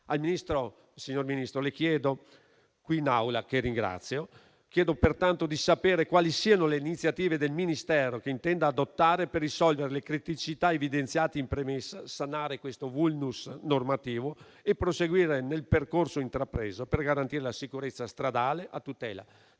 Al signor Ministro presente in Aula, che ringrazio, chiedo pertanto di sapere quali siano le iniziative che il Ministero intende adottare per risolvere le criticità evidenziate in premessa, sanare questo *vulnus* normativo e proseguire nel percorso intrapreso per garantire la sicurezza stradale a tutela